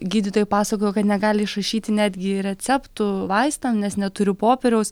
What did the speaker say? gydytojai pasakojo kad negali išrašyti netgi receptų vaistam nes neturi popieriaus